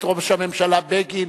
את ראש הממשלה בגין,